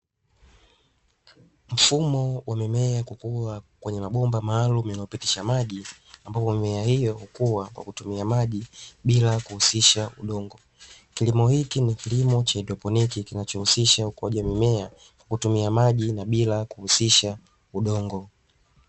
Mfumo wa mimea kukua kwenye mabomba maalumu yanayopitisha maji, ambayo mimea hiyi hukua kwa kutumia maji bila kuhusisha udongo. Kilimo hiki ni kilimo cha haidroponi, kinachohusisha ukuaji wa mimea kwa kutumia maji na bila kuhusisha udongo.